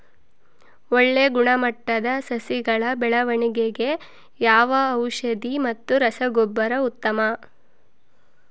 ಒಳ್ಳೆ ಗುಣಮಟ್ಟದ ಸಸಿಗಳ ಬೆಳವಣೆಗೆಗೆ ಯಾವ ಔಷಧಿ ಮತ್ತು ರಸಗೊಬ್ಬರ ಉತ್ತಮ?